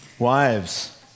Wives